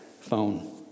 phone